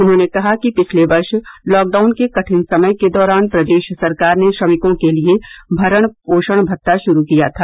उन्होंने कहा कि पिछले वर्ष लॉकडाउन के कठिन समय के दौरान प्रदेश सरकार ने श्रमिकों के लिये भरण पोषण भत्ता श्रू किया था